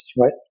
right